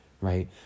right